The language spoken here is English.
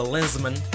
Lensman